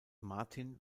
martin